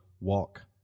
walk